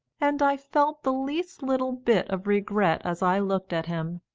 and i felt the least little bit of regret as i looked at him,